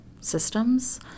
systems